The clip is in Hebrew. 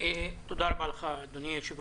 תודה, אדוני.